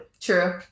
true